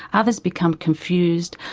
others become confused,